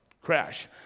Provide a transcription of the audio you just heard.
crash